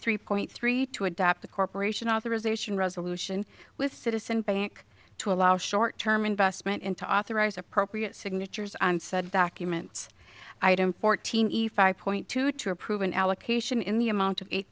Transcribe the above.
report three to adopt the corporation authorization resolution with citizen bank to allow short term investment into authorized appropriate signatures on said documents item fortini five point two to approve an allocation in the amount of eight